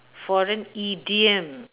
for an idiom